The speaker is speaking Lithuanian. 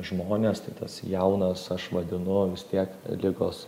žmones tai tas jaunas aš vadinu vis tiek ligos